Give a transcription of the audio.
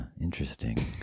interesting